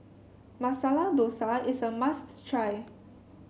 Masala Dosa is a must try